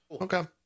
okay